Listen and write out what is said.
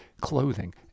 clothing